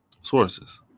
sources